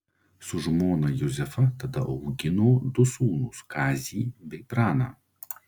su žmona juzefa tada augino du sūnus kazį bei praną